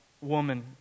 woman